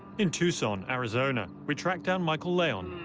in tucson, arizona, we tracked down michael leon